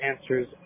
answers